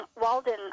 Walden